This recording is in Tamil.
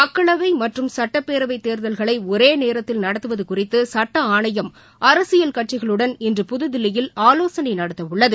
மக்களவை மற்றும் சட்டப்பேரவை தேர்தல்களை ஒரே நேரத்தில் நடத்துவது குறித்து சட்ட ஆணையம் அரசியல் கட்சிகளுடன் இன்று புதுதில்லியில் ஆலோசனை நடத்த உள்ளது